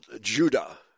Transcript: Judah